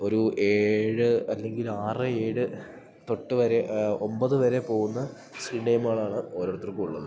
ഒരു ഏഴ് അല്ലങ്കിലാറ് ഏഴ് തൊട്ട് വരെ ഒമ്പത് വരെ പോകുന്ന സ്ക്രീൻ ടൈമാണ് ഓരോരുത്തർക്ക് ഉള്ളത്